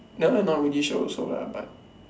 that one not really sure also lah but